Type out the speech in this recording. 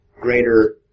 greater